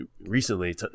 recently